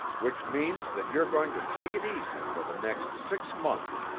which means that you're going to take it easy for the next six months.